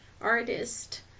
artist